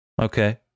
Okay